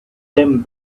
them